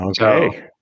okay